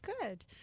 good